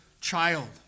child